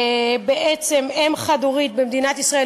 בעצם אם חד-הורית במדינת ישראל,